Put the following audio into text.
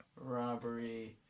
robbery